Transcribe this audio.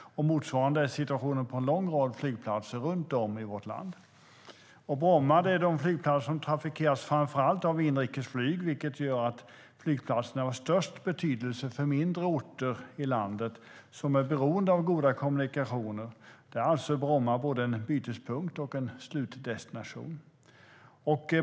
Situationen är den motsvarande på en lång rad flygplatser runt om i vårt land. Bromma är den flygplats som framför allt trafikeras av inrikesflyg, vilket gör att flygplatsen har störst betydelse för mindre orter i landet som är beroende av goda kommunikationer. Där är Bromma alltså både en bytespunkt och en slutdestination.